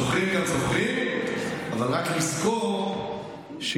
זוכרים גם זוכרים, אבל רק נזכור שגם